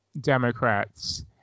Democrats